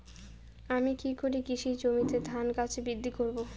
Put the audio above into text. আমি কী করে কৃষি জমিতে ধান গাছ বৃদ্ধি করব?